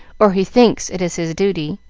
or he thinks it is his duty.